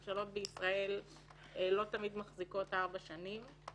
ממשלות בישראל לא תמיד מחזיקות ארבע שנים,